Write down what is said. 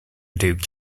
duke